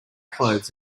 clothes